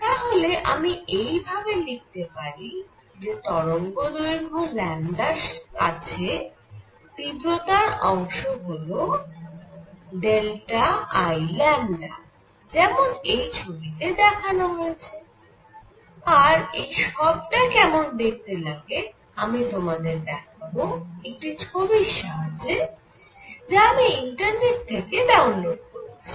তাহলে আমি এই ভাবে লিখতে পারি যে তরঙ্গদৈর্ঘ্য র কাছে তীব্রতার অংশ হল I যেমন এই ছবিতে দেখানো হয়েছে আর এই সবটা কেমন দেখতে লাগে আমি তোমাদের দেখাব একটি ছবির সাহায্যে যা আমি ইন্টারনেট থেকে ডাউনলোড করেছি